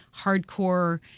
hardcore